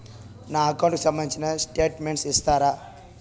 నా అకౌంట్ కు సంబంధించిన స్టేట్మెంట్స్ ఇస్తారా